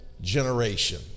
generation